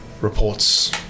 reports